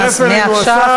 הנה, מצטרף אלינו השר.